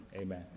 Amen